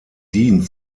dient